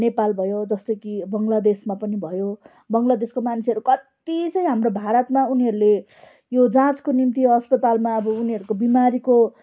नेपाल भयो जस्तो कि बङ्लादेशमा पनि भयो बङ्लादेशको मान्छेहरू कति चाहिँ हाम्रो भारतमा उनीहरूले यो जाँचको निम्ति अस्पतालमा अब उनीहरूको बिमारीको